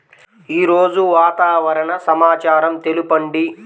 ఈరోజు వాతావరణ సమాచారం తెలుపండి